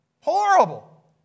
Horrible